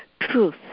truth